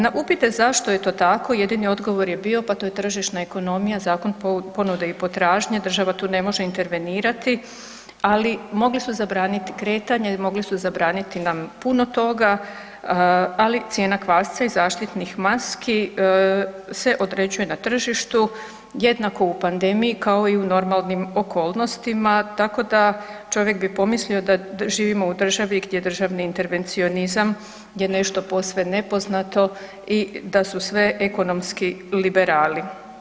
Na upite zašto je to tako, jedini odgovor je bio pa to je tržišna ekonomija, zakon ponude i potražnje, država tu ne može intervenirati, ali mogli su zabraniti kretanje, mogli su zabraniti nam puno toga, ali cijena kvasca i zaštitnih maski se određuje na tržištu jednako u pandemiji kao i u normalnim okolnostima tako da čovjek bi pomislio da živimo u državi gdje državni intervencionizam je nešto posve nepoznato i da su sve ekonomski liberali.